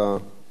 מקבל אותם.